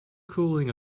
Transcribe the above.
cooling